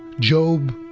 job,